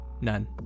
none